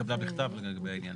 בעניין